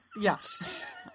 yes